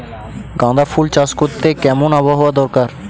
গাঁদাফুল চাষ করতে কেমন আবহাওয়া দরকার?